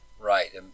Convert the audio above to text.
Right